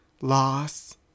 loss